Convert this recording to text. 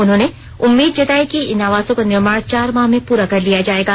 उन्होंने उम्मीद जताई कि इन आवासों का निर्माण चार माह में पूरा कर लिया जाएगा